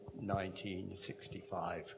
1965